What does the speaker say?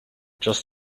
just